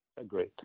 Agreed